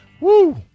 Woo